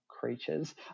creatures